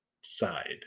side